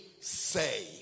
say